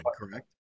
correct